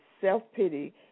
self-pity